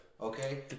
Okay